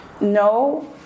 No